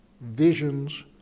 visions